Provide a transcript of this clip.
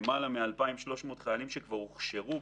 למעלה מ-2,300 חיילים שכבר הוכשרו.